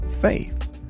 faith